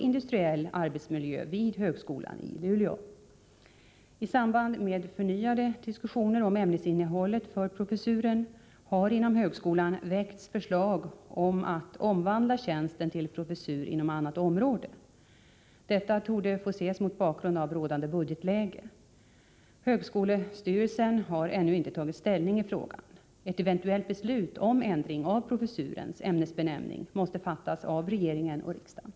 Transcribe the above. I samband med förnyade diskussioner om ämnesinnehållet för professuren har inom högskolan väckts förslag om att omvandla tjänsten till professur inom annat område. Detta torde få ses mot bakgrund av rådande budgetläge. Högskolestyrelsen har ännu inte tagit ställning i frågan. Ett eventuellt beslut om ändring av professurens ämnesbenämning måste fattas av regeringen och riksdagen.